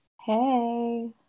hey